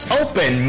open